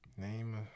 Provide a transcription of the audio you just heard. Name